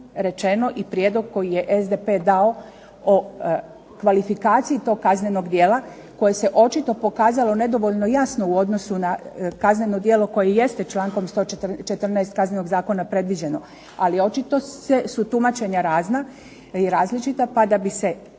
i prijedlog koji je SDP dao o kvalifikaciji toga kaznenog djela koje se očito pokazalo nedovoljno jasno u odnosu na kazneno djelu koje jeste člankom 114. Kaznenog zakona predviđeno. Ali očito su tumačenja razna i različita. Pa da bi se